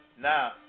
Now